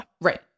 Right